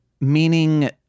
meaning